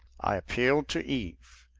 i appealed to eve.